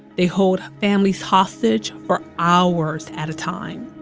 they hold families hostage for hours at a time,